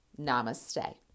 Namaste